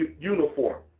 uniform